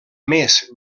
més